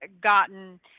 gotten